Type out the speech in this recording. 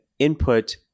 input